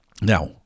Now